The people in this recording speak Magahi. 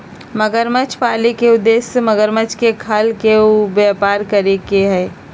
मगरमच्छ पाले के उद्देश्य मगरमच्छ के खाल के व्यापार करे के हई